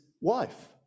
wife